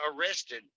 arrested